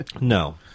No